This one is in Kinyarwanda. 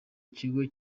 kigo